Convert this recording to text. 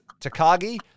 Takagi